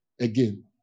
Again